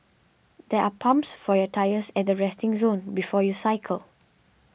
there are pumps for your tyres at the resting zone before you cycle